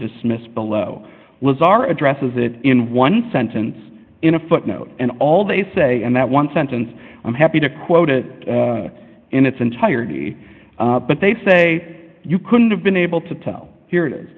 dismiss below was our addresses it in one sentence in a footnote and all they say and that one sentence i'm happy to quote it in its entirety but they say you couldn't have been able to tell